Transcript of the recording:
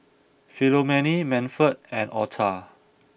Philomene Manford and Otha